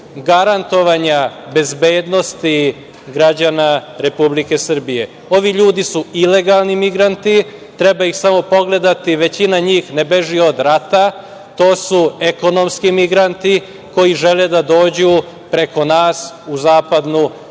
garantovanja bezbednosti građana Republike Srbije. Ovi ljudi su ilegalni migranti, treba ih samo pogledati, većina njih ne beži od rata, to su ekonomski migranti koji žele da dođu preko nas u zapadnu